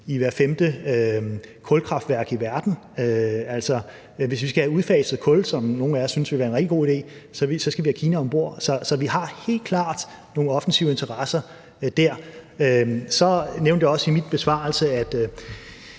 i hvert femte kulkraftværk i verden. Hvis vi skal have udfaset kul, som nogle af os synes vil være en rigtig god idé, så skal vi have Kina om bord. Så vi har helt klart nogle offensive interesser der. Så nævnte jeg også i min besvarelse, at